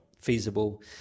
feasible